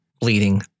bleeding